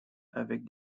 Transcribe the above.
avec